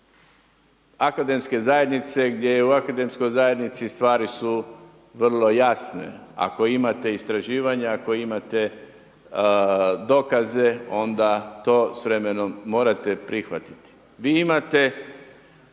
akademske zajednice gdje je u akademskoj zajednici stvari su vrlo jasne, ako imate istraživanje, ako imate dokaze, onda to s vremenom morate prihvatiti. Vi imate